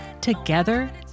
together